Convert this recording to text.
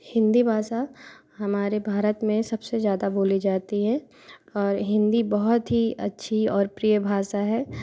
हिंदी भाषा हमारे भारत में सबसे ज़्यादा बोली जाती है और हिंदी बहुत ही अच्छी और प्रिय भाषा है